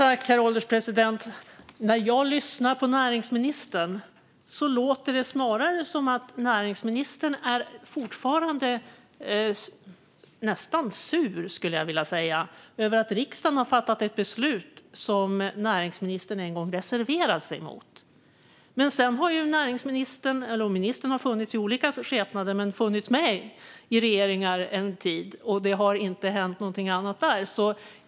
Herr ålderspresident! När jag lyssnar på näringsministern låter det snarare som att han fortfarande är nästan sur, skulle jag vilja säga, över att riksdagen har fattat ett beslut som näringsministern en gång reserverade sig mot. Ministern har i olika skepnader funnits med i regeringar en tid, men det har inte hänt någonting annat där.